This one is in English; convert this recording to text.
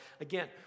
again